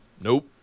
Nope